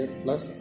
plus